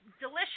delicious